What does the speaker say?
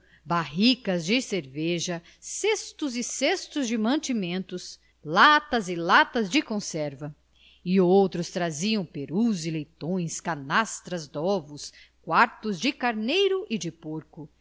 barricas de cerveja cestos e cestos de mantimentos latas e latas de conserva e outros traziam perus e leitões canastras dovos quartos de carneiro e de porco